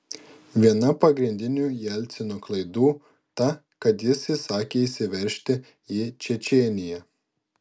viena pagrindinių jelcino klaidų ta kad jis įsakė įsiveržti į čečėniją